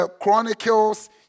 Chronicles